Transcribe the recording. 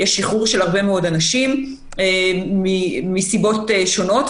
יש שחרור של הרבה מאוד אנשים מסיבות שונות,